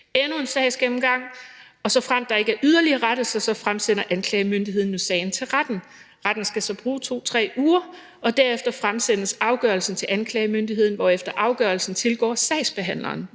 endnu en sagsgennemgang, og såfremt der ikke ønskes yderligere rettelser, fremsender anklagemyndigheden nu sagen til retten. Retten skal så bruge 2-3 uger, og derefter fremsendes afgørelsen til anklagemyndigheden, hvorefter afgørelsen tilgår sagsbehandleren.